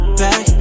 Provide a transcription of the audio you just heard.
back